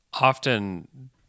often